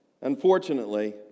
unfortunately